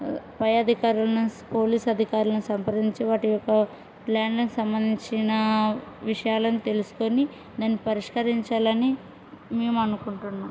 పై అధికారులను పోలీస్ అధికారులను సంప్రదించి వాటి యొక్క ల్యాండ్లైన్ సంబంధించిన విషయాలను తెలుసుకొని దాన్ని పరిష్కరించాలని మేము అనుకుంటున్నాం